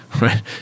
right